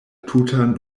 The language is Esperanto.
tutan